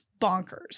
bonkers